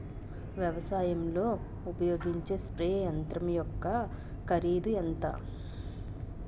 వ్యవసాయం లో ఉపయోగించే స్ప్రే యంత్రం యెక్క కరిదు ఎంత?